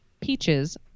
peaches